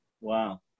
wow